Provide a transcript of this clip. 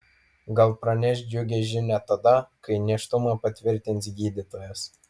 gal praneš džiugią žinią tada kai nėštumą patvirtins gydytojas